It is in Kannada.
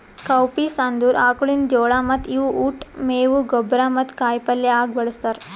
ಕೌಪೀಸ್ ಅಂದುರ್ ಆಕುಳಿನ ಜೋಳ ಮತ್ತ ಇವು ಉಟ್, ಮೇವು, ಗೊಬ್ಬರ ಮತ್ತ ಕಾಯಿ ಪಲ್ಯ ಆಗ ಬಳ್ಸತಾರ್